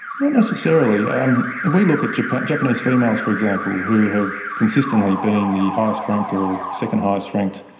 not necessarily. um if we look at japanese japanese females, for example, who have consistently been the highest ranked or second highest ranked